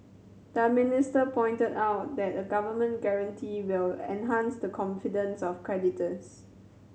the minister pointed out that a government guarantee will enhance the confidence of creditors